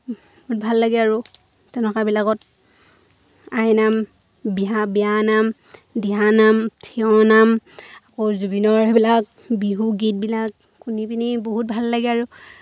ভাল লাগে আৰু তেনেকুৱাবিলাকত আইনাম বিহা বিয়ানাম দিহানাম থিয়নাম আকৌ জুবিনৰ সেইবিলাক বিহু গীতবিলাক শুনি পিনি বহুত ভাল লাগে আৰু